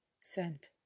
Sent